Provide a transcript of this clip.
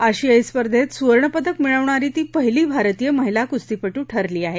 आशियाई स्पर्धेत सुवर्णपदक मिळवणारी ती पहिली भारतीय महिला कुस्तीपटू ठरली आहे